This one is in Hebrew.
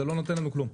זה לא נותן לנו כלום.